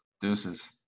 Deuces